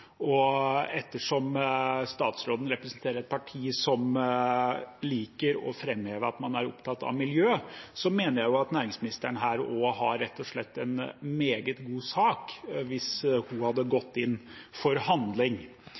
Ettersom statsråden representerer et parti som liker å framheve at man er opptatt av miljøet, mener jeg næringsministeren rett og slett har en meget god sak hvis hun hadde gått inn for handling.